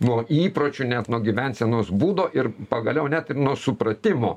nuo įpročių net nuo gyvensenos būdo ir pagaliau net ir nuo supratimo